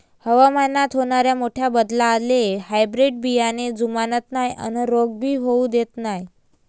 हवामानात होनाऱ्या मोठ्या बदलाले हायब्रीड बियाने जुमानत नाय अन रोग भी होऊ देत नाय